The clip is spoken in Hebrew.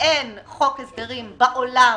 שאין חוק הסדרים בעולם,